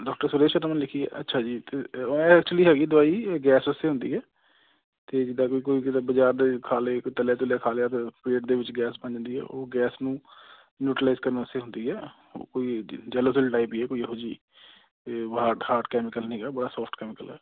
doctor Suresh Sharma ਨੇ ਲਿਖੀ ਹੈ ਅੱਛਾ ਜੀ ਐਕਚੁਲੀ ਹੈਗੀ ਦਵਾਈ ਇਹ ਗੈਸ ਵਾਸਤੇ ਹੁੰਦੀ ਹੈ ਅਤੇ ਜਿੱਦਾਂ ਕੋਈ ਕੋਈ ਕਿਤੇ ਬਜ਼ਾਰ ਦੇ ਖਾ ਲਏ ਕੋਈ ਤਲਿਆ ਤੁਲਿਆ ਖਾ ਲਿਆ ਅਤੇ ਪੇਟ ਦੇ ਵਿੱਚ ਗੈਸ ਬਣ ਜਾਂਦੀ ਹੈ ਉਹ ਗੈਸ ਨੂੰ ਨਿਊਟੀਲਾਈਜ਼ ਕਰਨ ਵਾਸਤੇ ਹੁੰਦੀ ਹੈ ਕੋਈ ਜੈ ਜੈਲੋਸਿਲ ਟਾਈਪ ਹੀ ਆ ਕੋਈ ਇਹੋ ਜਿਹੀ ਅਤੇ ਬ ਹਾਰਟ ਹਾਰਟ ਕੈਮੀਕਲ ਨਹੀਂ ਹੈਗਾ ਬੜਾ ਸੋਫਟ ਕੈਮੀਕਲ ਹੈ